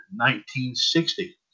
1960